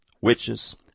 witches